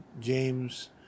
James